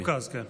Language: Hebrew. במרוכז, כן.